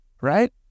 right